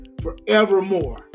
forevermore